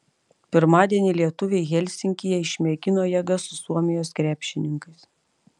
pirmadienį lietuviai helsinkyje išmėgino jėgas su suomijos krepšininkais